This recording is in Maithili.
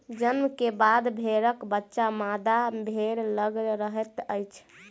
जन्म के बाद भेड़क बच्चा मादा भेड़ लग रहैत अछि